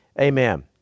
Amen